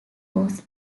was